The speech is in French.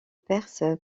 perse